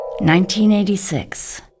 1986